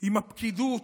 עם הפקידות,